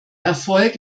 erfolg